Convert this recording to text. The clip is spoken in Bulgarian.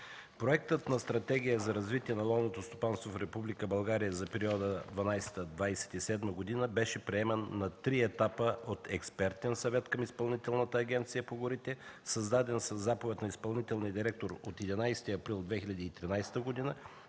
Проектът на стратегия за развитие на ловното стопанство в Република България за периода 2012-2027 г. беше приеман на три етапа от Експертен съвет към Изпълнителната агенция по горите, създаден със заповед на изпълнителния директор от 11 април 2013 г.,